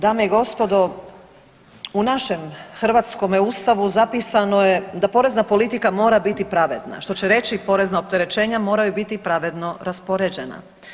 Dame i gospodo, u našem hrvatskome Ustavu zapisano je da porezna politika mora biti pravedna što će reći porezna opterećenja moraju biti i pravedno raspoređena.